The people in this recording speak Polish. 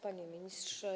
Panie Ministrze!